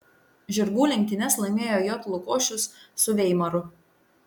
žirgų lenktynes laimėjo j lukošius su veimaru